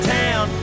town